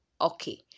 Okay